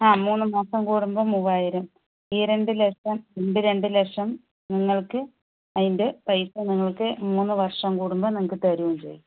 ആ മൂന്ന് മാസം കൂടുമ്പോൾ മൂവായിരം ഈ രണ്ട് ലക്ഷം രണ്ട് ലക്ഷം നിങ്ങൾക്ക് അതിൻ്റെ പൈസ നിങ്ങൾക്ക് മൂന്ന് വർഷം കൂടുമ്പോൾ നിങ്ങൾക്ക് തരികയും ചെയ്യും